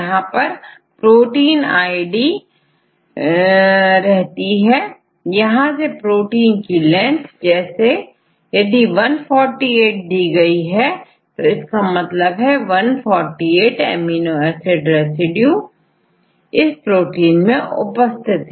यहां protein ID रहती है यहां से प्रोटीन की लेंथ जैसे यदि148 दी गई है तो इसका मतलब148 एमिनो एसिड रेसिड्यूb इस प्रोटीन में उपस्थित है